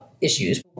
issues